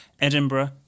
Edinburgh